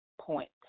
point